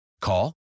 Call